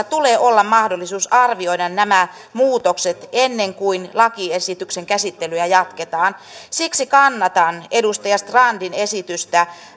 tulee olla mahdollisuus arvioida nämä muutokset ennen kuin lakiesityksen käsittelyä jatketaan siksi kannatan edustaja strandin esitystä